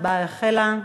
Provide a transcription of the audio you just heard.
ההצבעה החלה.